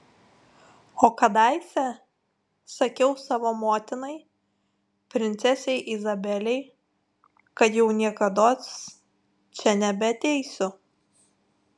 o kadaise sakiau savo motinai princesei izabelei kad jau niekados čia nebeateisiu